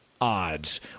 odds